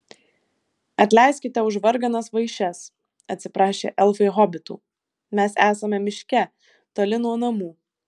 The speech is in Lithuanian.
atleiskite už varganas vaišes atsiprašė elfai hobitų mes esame miške toli nuo namų